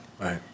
Right